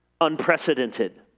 unprecedented